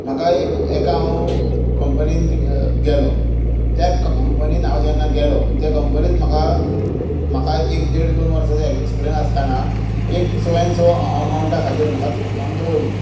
म्हाका एक एका हांव कंपनींत गेलो त्या कंपनीन हांव जेन्ना गेलो त्या कंपनीन म्हाका म्हाका एक देड दोन वर्सांचो एक्सपिरियन्स आसताना एक सो एन सो अमावण्टा खातीर म्हाका कामाक दवरल्लो